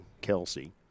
Kelsey